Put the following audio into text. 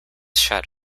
shot